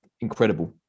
incredible